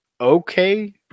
okay